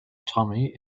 tommy